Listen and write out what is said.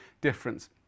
difference